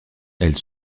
elles